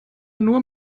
nur